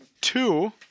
two